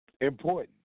important